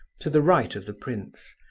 to the right of the prince,